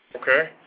Okay